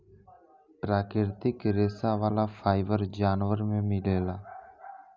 प्राकृतिक रेशा वाला फाइबर जानवर में मिलेला